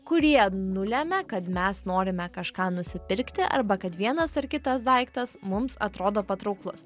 kurie nulemia kad mes norime kažką nusipirkti arba kad vienas ar kitas daiktas mums atrodo patrauklus